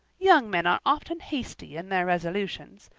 young men are often hasty in their resolutions,